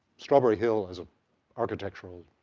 strawberry hill, as an architectural